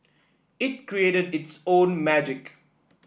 it created its own magic